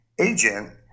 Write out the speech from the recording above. agent